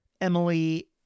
Emily